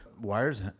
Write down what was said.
Wires